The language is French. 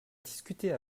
discuter